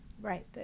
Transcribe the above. right